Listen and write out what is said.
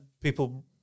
people